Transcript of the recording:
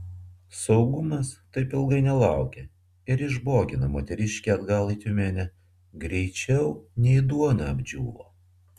saugumas taip ilgai nelaukė ir išbogino moteriškę atgal į tiumenę greičiau nei duona apdžiūvo